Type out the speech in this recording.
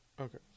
Okay